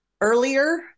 earlier